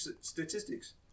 statistics